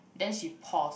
then she pause